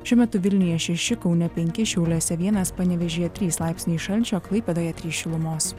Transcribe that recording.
šiuo metu vilniuje šeši kaune penki šiauliuose vienas panevėžyje trys laipsniai šalčio klaipėdoje trys šilumos